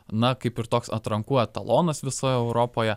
na kaip ir toks atrankų etalonas visoj europoje